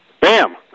Bam